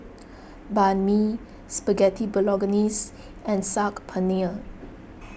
Banh Mi Spaghetti Bolognese and Saag Paneer